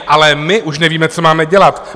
Ale my už nevíme, co máme dělat.